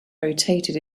rotated